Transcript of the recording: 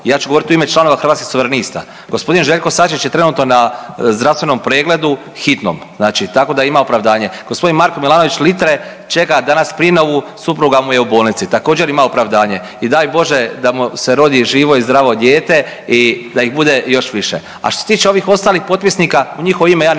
Ja ću govoriti u ime članova Hrvatskih suverenista. G. Željko Sačić je trenutno na zdravstvenom pregledu hitnom, znači tako da ima opravdanje. G. Marko Milanović Litre čeka danas prinovu, supruga mu je u bolnici, također ima opravdanje i daj Bože da mu se rodi živo i zdravo dijete i da ih bude još više, a što se tiče ovih ostalih potpisnika u njihovo ime ja ne